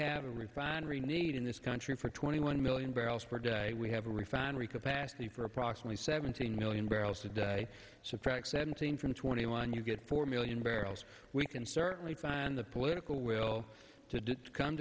have a refinery need in this country for twenty one million barrels per day we have a refinery capacity for approximately seventeen million barrels a day subtract seventeen from twenty one you get four million barrels we can certainly find the political will to come